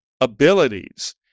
abilities